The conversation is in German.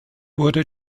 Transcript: wurde